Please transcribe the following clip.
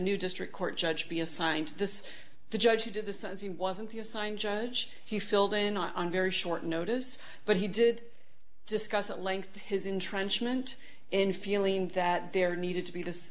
new district court judge be assigned to this the judge who did this as he wasn't the assigned judge he filled in on very short notice but he did discuss at length his in trenchant in feeling that there needed to be this